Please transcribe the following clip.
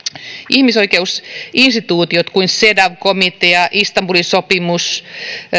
ihmisoikeusinstituutiot kuten cedaw komitea istanbulin sopimus